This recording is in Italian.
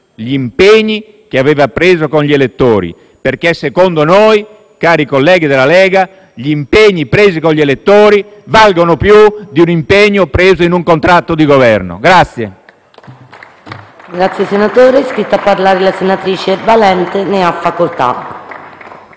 gli impegni che aveva preso con gli elettori, perché secondo noi, cari colleghi della Lega, gli impegni presi con gli elettori valgono più di un impegno preso in un contratto di Governo.